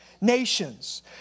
nations